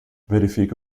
verifique